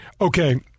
Okay